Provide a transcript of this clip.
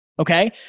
okay